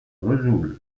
vesoul